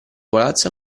palazzo